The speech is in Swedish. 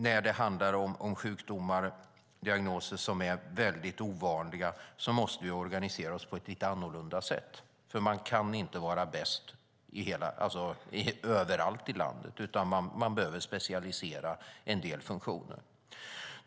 När det handlar om ovanliga sjukdomar och diagnoser måste vi organisera oss på ett lite annorlunda sätt. Man kan inte vara bäst överallt i landet, utan en del funktioner måste specialiseras.